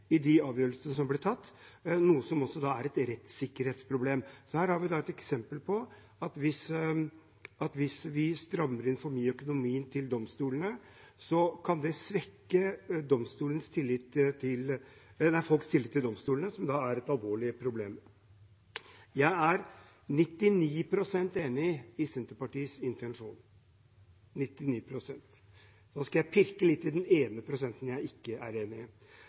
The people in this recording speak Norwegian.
i de avgjørelsene som blir tatt, noe som da er et rettssikkerhetsproblem. Her har vi et eksempel på at hvis vi strammer inn økonomien til domstolene for mye, kan det svekke folks tillit til domstolene, noe som da er et alvorlig problem. Jeg er 99 pst. enig i Senterpartiets intensjon, nå skal jeg pirke litt i den ene prosenten jeg ikke er enig